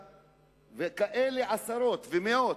זו אשה, וכאלה יש עשרות ומאות,